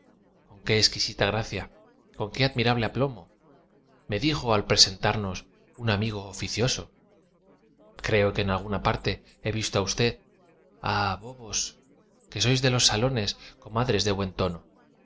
qué exquisita gracia con qué admirable aplomo me dijo al presentarnos un amigo oficioso creo que en alguna parte he visto á usted ah bobos que sois de los salones comadres de buen tono